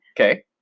Okay